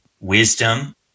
Wisdom